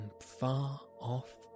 far-off